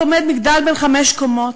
עומד מגדל בן חמש קומות.